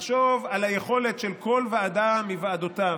לחשוב על היכולת של כל ועדה מוועדותיו